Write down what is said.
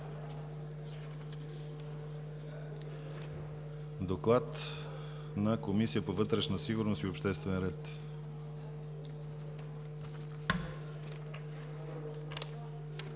2016 г. Комисията по вътрешна сигурност и обществен ред